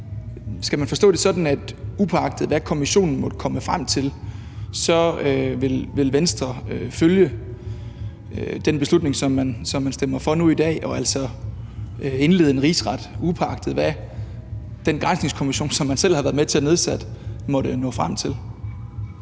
Skal man forstå det sådan, at uagtet hvad kommissionen måtte komme frem til, vil Venstre stå ved den beslutning, som man stemmer for i dag, og at man altså vil indlede en rigsret, uagtet hvad den granskningskommission, som man selv har været med til at nedsætte, måtte nå frem til?